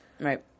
Right